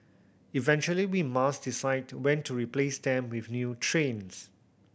eventually we must decide when to replace them with new trains